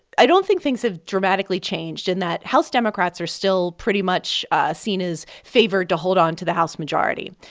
i don't think things have dramatically changed in that house democrats are still pretty much seen as favored to hold on to the house majority.